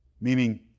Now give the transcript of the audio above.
Meaning